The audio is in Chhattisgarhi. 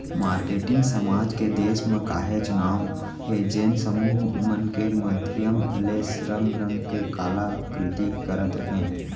मारकेटिंग समाज के देस म काहेच नांव हे जेन समूह मन के माधियम ले रंग रंग के कला कृति करत हे